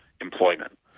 employment